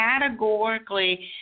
categorically